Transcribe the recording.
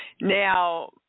Now